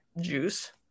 juice